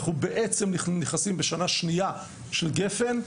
אנחנו בעצם נכנסים לשנה השנייה בתוכנית גפ"ן,